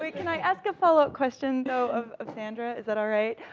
but can i ask a followup question, though, of of sandra, is that alright,